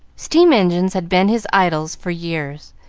steam-engines had been his idols for years,